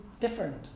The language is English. different